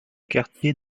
quartier